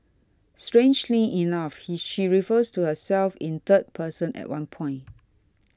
strangely enough he she refers to herself in third person at one point